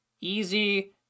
easy